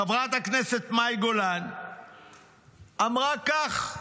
חברת הכנסת מאי גולן אמרה כך,